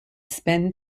spend